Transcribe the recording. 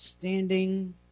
Standing